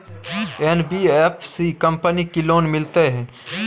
NBFC company की loan मिलते है?